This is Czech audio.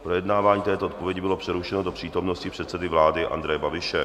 Projednávání této odpovědi bylo přerušeno do přítomnosti předsedy vlády Andreje Babiše.